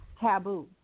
taboo